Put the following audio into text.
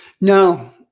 No